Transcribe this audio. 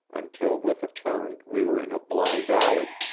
until with a turn we were in a blind alley.